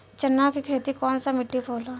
चन्ना के खेती कौन सा मिट्टी पर होला?